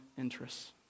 interests